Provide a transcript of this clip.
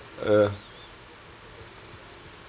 uh